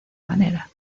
manera